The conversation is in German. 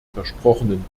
versprochenen